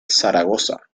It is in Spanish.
zaragoza